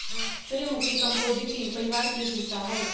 सूर्यमुखी कंपोजीटी परिवार के एक हिस्सा हई